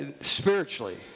Spiritually